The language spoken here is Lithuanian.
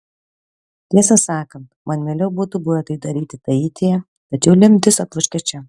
tiesą sakant man mieliau būtų buvę tai daryti taityje tačiau lemtis atbloškė čia